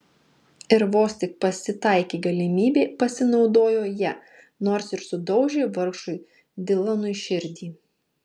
ir vos tik pasitaikė galimybė pasinaudojo ja nors ir sudaužė vargšui dilanui širdį